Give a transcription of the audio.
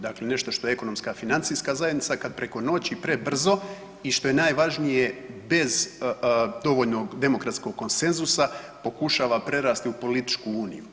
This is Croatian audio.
Dakle, nešto što je ekonomska financijska zajednica kad preko noći prebrzo i što je najvažnije bez dovoljnog demokratskog konsenzusa pokušava prerasti u političku uniju.